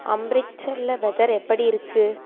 அம்ரித்சரில் weather எப்படி இருக்கு